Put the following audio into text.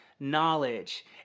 Knowledge